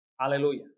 Hallelujah